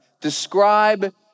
Describe